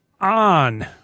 on